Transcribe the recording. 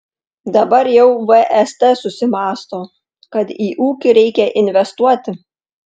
dabar jau vst susimąsto kad į ūkį reikia investuoti